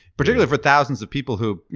particularly, for thousands of people who,